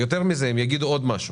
יותר מזה, הם יגידו עוד משהו,